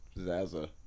Zaza